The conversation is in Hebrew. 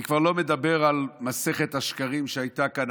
אני כבר לא מדבר על מסכת השקרים שהייתה כאן